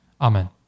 Amen